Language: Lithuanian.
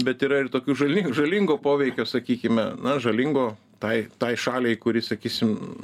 bet yra ir tokių žali žalingo poveikio sakykime na žalingo tai tai šaliai kuri sakysim